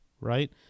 Right